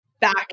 back